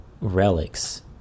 relics